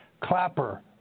Clapper